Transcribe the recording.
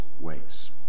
ways